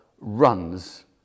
runs